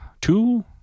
two